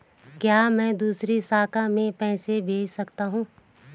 क्या मैं दूसरी शाखा में पैसे भेज सकता हूँ?